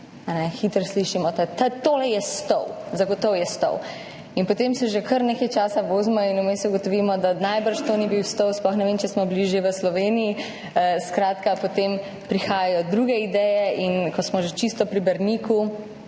Hitro slišimo, tole je Stol, zagotovo je Stol. In potem se že kar nekaj časa vozimo in vmes ugotovimo, da najbrž to ni bil Stol, sploh ne vem, če smo bili že v Sloveniji. Skratka, potem prihajajo druge ideje, in ko smo že čisto pri Brniku,